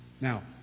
Now